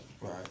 Right